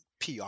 PR